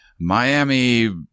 Miami